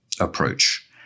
approach